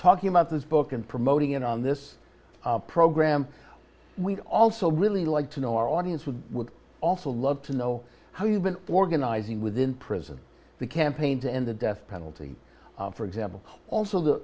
talking about this book and promoting it on this program we also really like to know our audience would also love to know how you've been organizing with in prison the campaigns in the death penalty for example also the